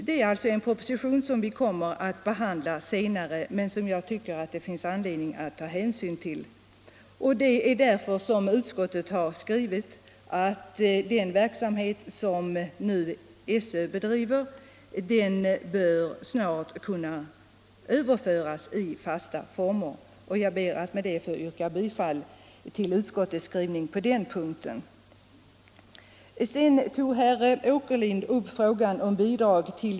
Det är alltså en proposition som vi kommer att behandla senare men som jag tycker det finns anledning att ta hänsyn till. Det är därför utskottet har skrivit att den verksamhet som SÖ nu bedriver snart bör kunna överföras i fasta former. Jag ber med detta att få yrka bifall till utskottets skrivning på den punkten.